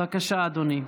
בבקשה, אדוני.